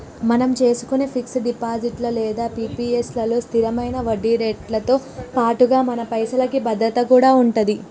మనం చేసుకునే fix deposit లేదా పి.పి.ఎస్ లలో స్థిరమైన వడ్డీరేట్లతో పాటుగా మన పైసలకి భద్రత కూడా ఉంటది